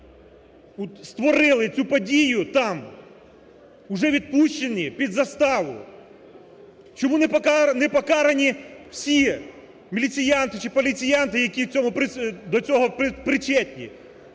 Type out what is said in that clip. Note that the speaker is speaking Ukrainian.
створили цю подію там, вже відпущені під заставу? Чому не покарані всі міліціянти чи поліціянти, які до цього причетні,